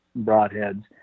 broadheads